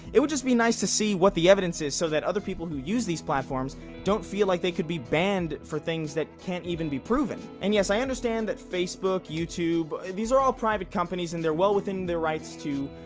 it would just be nice to see what the evidence is, so that other people who use these platforms don't feel like they could be banned for things that can't even be proven. and yes i understand that facebook, youtube and these are all private companies and they are well within their rights to.